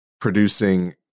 producing